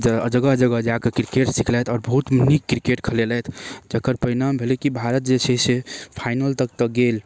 जगह जगह जाकऽ किरकेट सिखलथि आओर बहुत नीक किरकेट खेलेलथि जकर परिणाम भेलै कि भारत जे छै से फाइनल तक तऽ गेल